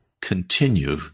continue